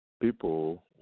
people